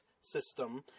system